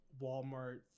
walmart